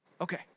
Okay